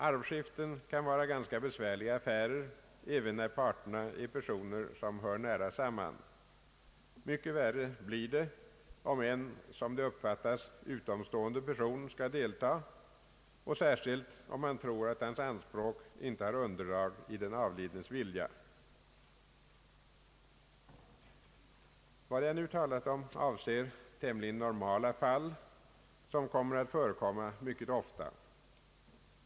Arvskiften kan vara ganska besvärliga affärer även när parterna är personer som hör nära samman. Mycket värre blir det om en, som det uppfattas, utomstående person skall delta och särskilt om man tror att hans anspråk icke har underlag i den avlidnes vilja. Vad jag talat om avser tämligen normala fall, som blir de oftast förekommande.